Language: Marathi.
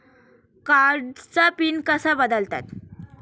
कार्डचा पिन कसा बदलतात?